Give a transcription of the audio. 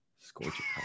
Scorching